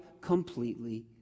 completely